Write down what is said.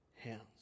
hands